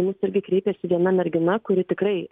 į mus irgi kreipėsi viena mergina kuri tikrai